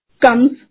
comes